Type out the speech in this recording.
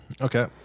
Okay